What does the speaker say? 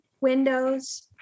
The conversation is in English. windows